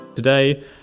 Today